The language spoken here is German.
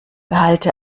behalte